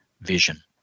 vision